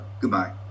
Goodbye